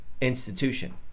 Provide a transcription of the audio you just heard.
institution